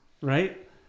right